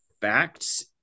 facts